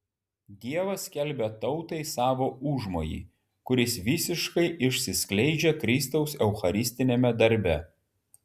dievas skelbia tautai savo užmojį kuris visiškai išsiskleidžia kristaus eucharistiniame darbe